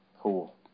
Cool